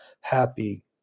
happy